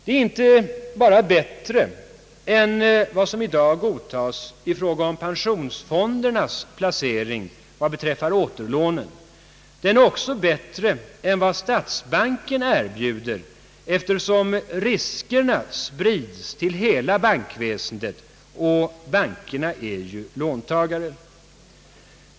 Den är inte bara bättre tillgodosedd än vad som i dag godtas i fråga om pensionsfondernas placering vad beträffar återlånen, utan den är också bättre tillgodosedd än vad statsbanken erbjuder, eftersom riskerna sprids till hela bankväsendet och bankerna ju är låntagare.